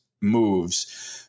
moves